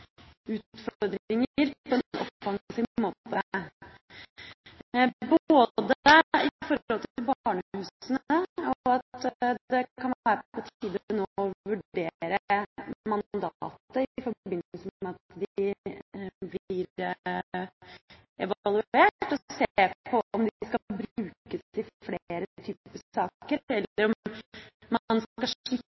utfordringer på en offensiv måte, både når det gjelder barnehusene – at det nå kan være på tide å vurdere mandatet i forbindelse med at de blir evaluert, og se på om de skal brukes i flere typer saker, eller om man skal slippe